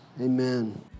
Amen